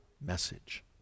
message